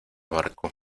barco